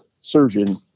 surgeon